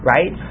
Right